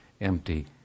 empty